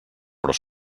però